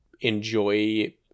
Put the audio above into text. enjoy